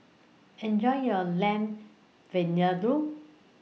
Enjoy your Lamb Vindaloo